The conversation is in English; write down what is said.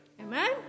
amen